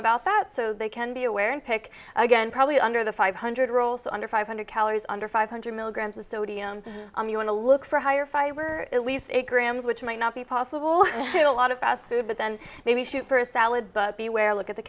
about that so they can be aware and pick again probably under the five hundred rolls under five hundred calories under five hundred milligrams of sodium you want to look for higher fiber at least eight grams which might not be possible and a lot of fast food but then maybe super salad but be aware look at the